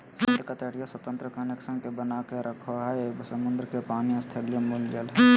समुद्र के तटीय स्वतंत्र कनेक्शन के बनाके रखो हइ, समुद्र के पानी स्थलीय मूल जल हइ